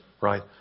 Right